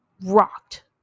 rocked